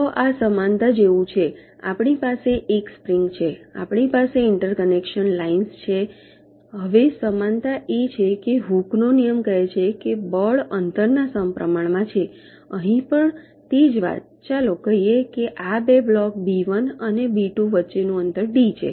તો આ સમાનતા જેવું છે આપણી પાસે એક સ્પ્રિંગ છે આપણી પાસે ઇન્ટર કનેક્શન લાઇન્સ છે હવે સમાનતા એ છે કે હૂકનો નિયમ Hooke's laws કહે છે કે બળ અંતરના સમપ્રમાણ હશે અહીં પણ તે જ વાત ચાલો કહીએ કે આ બે બ્લોક્સ બી 1 અને બી 2 વચ્ચેનું અંતર ડી છે